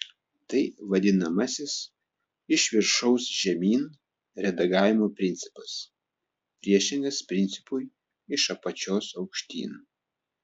tai vadinamasis iš viršaus žemyn redagavimo principas priešingas principui iš apačios aukštyn